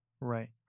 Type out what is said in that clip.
Right